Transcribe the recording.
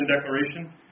Declaration